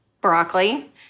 broccoli